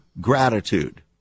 gratitude